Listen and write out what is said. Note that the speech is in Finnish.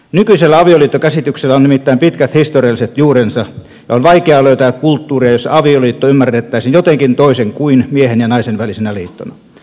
nykyisellä avioliittokäsityksellä on nimittäin pitkät historialliset juurensa ja on vaikeaa löytää kulttuuria jossa avioliitto ymmärrettäisiin jotenkin toisin kuin miehen ja naisen välisenä liittona